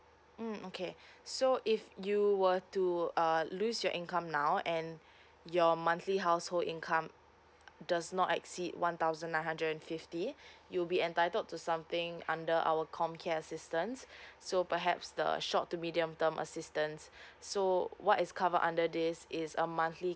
mm okay so if you were to uh lose your income now and your monthly household income does not exceed one thousand nine hundred and fifty you'll be entitled to something under our comcare assistance so perhaps the short medium term assistance so what is covered under this is a monthly